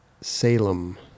Salem